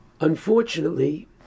Unfortunately